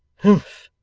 humph!